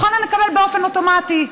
הנשים תוכלנה לקבל באופן אוטומטי,